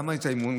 למה את האמון?